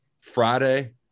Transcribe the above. Friday